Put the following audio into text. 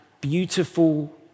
beautiful